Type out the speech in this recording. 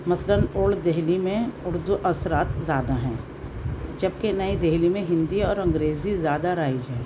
مثلاً اولڈ دہلی میں اردو اثرات زیادہ ہیں جبکہ نئی دہلی میں ہندی اور انگریزی زیادہ رائج ہے